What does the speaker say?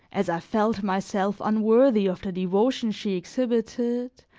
as i felt myself unworthy of the devotion she exhibited,